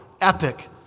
epic